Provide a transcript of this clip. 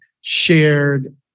shared